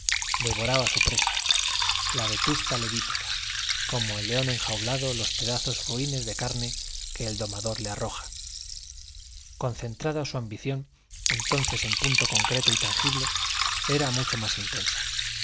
devoraba su presa la vetusta levítica como el león enjaulado los pedazos ruines de carne que el domador le arroja concentrada su ambición entonces en punto concreto y tangible era mucho más intensa